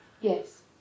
yes